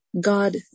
God